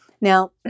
Now